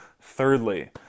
Thirdly